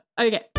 okay